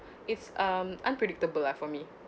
it's um unpredictable lah for me